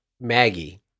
Maggie